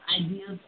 ideas